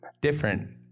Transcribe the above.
different